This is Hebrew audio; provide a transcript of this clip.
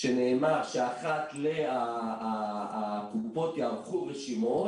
שנאמר שאחת ל- הקופות יערכו רשימות.